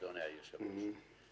אדוני היושב-ראש,